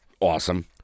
awesome